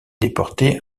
déportée